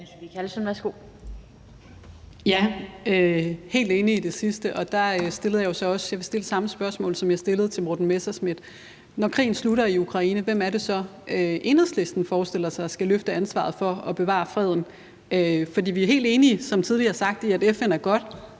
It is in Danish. helt enig i det sidste. Og jeg vil stille samme spørgsmål, som jeg stillede til hr. Morten Messerschmidt. Når krigen slutter i Ukraine, hvem er det så, Enhedslisten forestiller sig skal løfte ansvaret for at bevare freden? For vi er helt enige, som det tidligere er sagt, i, at FN er godt,